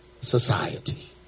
society